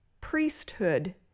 priesthood